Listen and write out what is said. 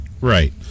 right